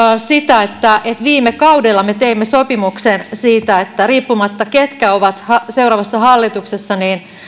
sitä että viime kaudella me teimme sopimuksen siitä että riippumatta siitä ketkä ovat seuraavassa hallituksessa